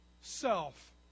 self